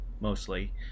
mostly